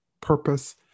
purpose